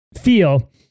feel